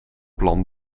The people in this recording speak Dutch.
plan